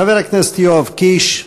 חבר הכנסת יואב קיש.